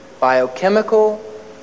biochemical